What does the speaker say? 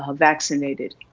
ah vaccinated.